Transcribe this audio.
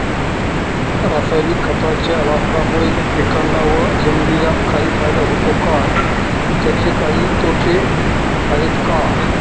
रासायनिक खताच्या वापरामुळे पिकांना व जमिनीला काही फायदा होतो का? त्याचे काही तोटे आहेत का?